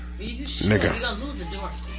nigga